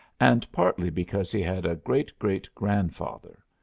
and partly because he had a great-great-grandfather.